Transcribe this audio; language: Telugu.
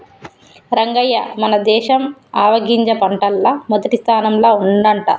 రంగయ్య మన దేశం ఆవాలగింజ పంటల్ల మొదటి స్థానంల ఉండంట